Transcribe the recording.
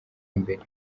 imbere